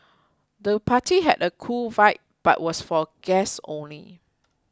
the party had a cool vibe but was for guests only